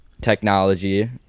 Technology